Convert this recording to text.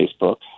Facebook